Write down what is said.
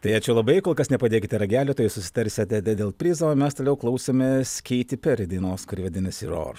tai ačiū labai kol kas nepadėkite ragelio tuoj susitarsete de dėl prizo o mes toliau klausomės keiti peri dainos kuri vadinasi ror